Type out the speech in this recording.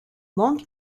long